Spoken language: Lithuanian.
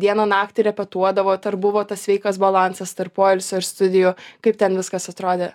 dieną naktį repetuodavot ar buvo tas sveikas balansas tarp poilsio ir studijų kaip ten viskas atrodė